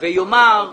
ויאמר שהוא